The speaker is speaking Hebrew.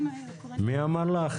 מי אמר לך?